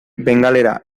bengalera